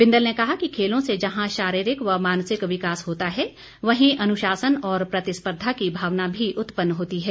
बिंदल ने कहा कि खेलों से जहां शारीरिक व मानसिक विकास होता है वहीं अनुशासन और प्रतिस्पर्धा की भावना भी उत्पन्न होती है